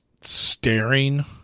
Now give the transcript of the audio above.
staring